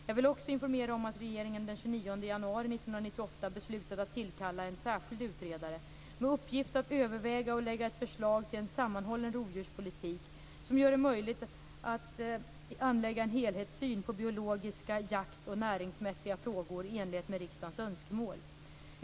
Jag vill också informera om att regeringen den 29 januari 1998 beslutade att tillkalla en särskild utredare med uppgift att överväga och lägga ett förslag till en sammanhållen rovdjurspolitik som gör det möjligt att anlägga en helhetssyn på biologiska, jaktoch näringsmässiga frågor i enligt med riksdagens önskemål.